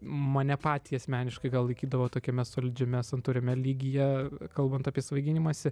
mane patį asmeniškai gal laikydavo tokiame solidžiame santūriame lygyje kalbant apie svaiginimąsi